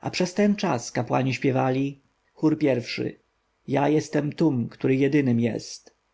a przez ten czas kapłani śpiewali chór i ja jestem tum który jedynym jest